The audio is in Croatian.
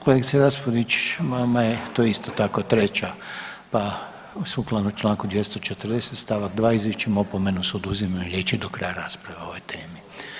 Kolegice Raspudić, vama je to isto tako treća pa sukladno članku 240. stavak 2. izričem opomenu sa oduzimanjem riječi do kraja rasprave o ovoj temi.